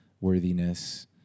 worthiness